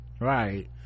right